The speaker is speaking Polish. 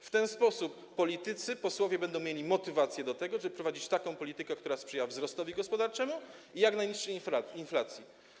W ten sposób politycy, posłowie będą mieli motywację do tego, żeby prowadzić taką politykę, która sprzyja wzrostowi gospodarczemu i jak najniższej inflacji.